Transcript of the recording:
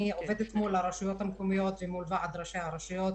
אני עובדת מול הרשויות המקומיות ומול ועד ראשי הרשויות,